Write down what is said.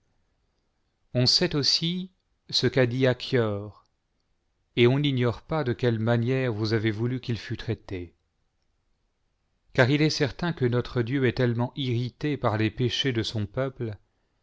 on sait aussi ce qu'a dit achior et on n'ignore pas de quelle manière vous avez voulu qu'il fût traité car il est certain que notre dieu est tellement irrité par les péchés de son peuple